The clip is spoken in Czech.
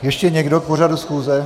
Ještě někdo k pořadu schůze?